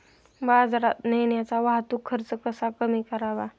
बाजारात नेण्याचा वाहतूक खर्च कसा कमी करावा?